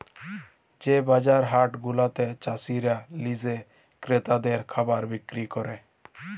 যে বাজার হাট গুলাতে চাসিরা লিজে ক্রেতাদের খাবার বিক্রি ক্যরে